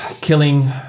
killing